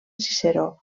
ciceró